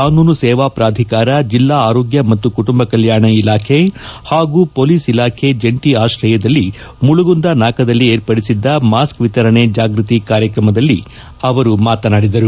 ಕಾನೂನು ಸೇವಾ ಪ್ರಾಧಿಕಾರ ಜಿಲ್ಲಾ ಆರೋಗ್ನ ಮತ್ತು ಕುಟುಂಬ ಕಲ್ಲಾಣ ಇಲಾಖೆ ಹಾಗೂ ಪೊಲೀಸ್ ಇಲಾಖೆ ಜಂಟಿ ಆಶ್ರಯದಲ್ಲಿ ಮುಳಗುಂದ ನಾಕದಲ್ಲಿ ಏರ್ಪಡಿಸಿದ್ದ ಮಾಸ್ಕ್ ವಿತರಣೆ ಜಾಗೃತಿ ಕಾರ್ಯಕ್ರಮದಲ್ಲಿ ಅವರು ಮಾತನಾಡಿದರು